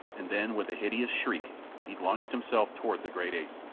and then with a hideous shriek he launched himself toward the great ape.